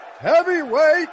heavyweight